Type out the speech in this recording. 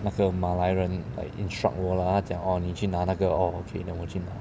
那个马来人 like instruct 我 lah 他讲哦你去拿那个 oh okay then 我去拿